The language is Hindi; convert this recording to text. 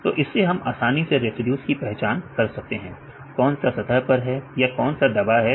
तो इससे हम आसानी से रेसिड्यूज की पहचान कर सकते हैं कौन सा सतह पर है या कौन सा दबा है